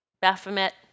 Baphomet